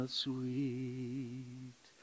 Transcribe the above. sweet